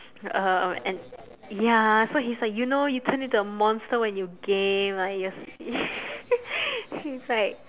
uh and ya so he's like you know you turn into a monster when you game it's like